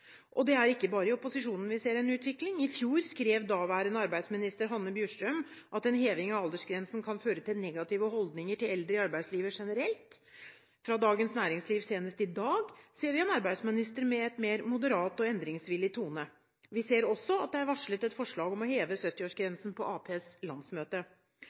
Og det er ikke bare i opposisjonen vi ser en utvikling. I fjor skrev daværende arbeidsminister Hanne Bjurstrøm at en heving av aldersgrensen kan føre til negative holdninger til eldre i arbeidslivet generelt. Fra Dagens Næringsliv senest i dag ser vi en arbeidsminister med en mer moderat og endringsvillig tone. Vi ser også at det er varslet et forslag om å heve 70-årsgrensen på Arbeiderpartiets landsmøte.